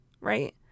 right